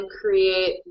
create